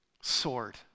sword